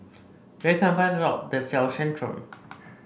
where can I find a shop that sells Centrum